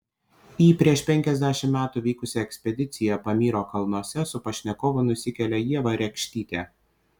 į prieš penkiasdešimt metų vykusią ekspediciją pamyro kalnuose su pašnekovu nusikelia ieva rekštytė